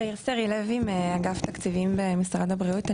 תאיר סרי לוי, מאגף תקציבים במשרד הבריאות.